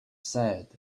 said